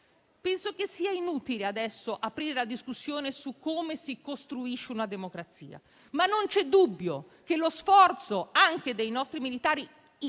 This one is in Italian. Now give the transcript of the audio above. Penso sia inutile adesso aprire la discussione su come si costruisce una democrazia. Non c'è dubbio che lo sforzo anche dei nostri militari e dei